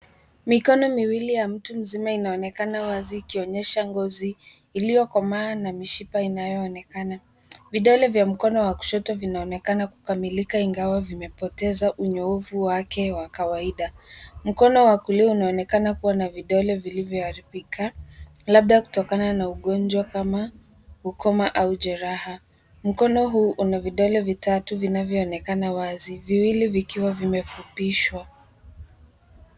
Mikono miwili ya mtu mzima inaonekana wazi, ikionyesha ngozi iliyokomaa na mishipa inayoonekana. Vidole vya mkono wa kushoto vinaonekana kukamilika ingawa vimepoteza unyoovu wake wa kawaida. Mkono wa kulia unaonekana kuwa na vidole vilivyoharibika, labda kutokana na ugonjwa kama ukoma au jeraha. Mkono huu una vidole vitatu vinavyoonekana wazi, viwili vikiwa vimefupishwa.